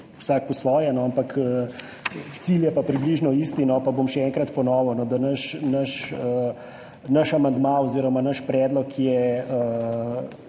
vsak po svoje, ampak cilj je pa približno isti. Pa bom še enkrat ponovil, da naš amandma oziroma naš predlog gre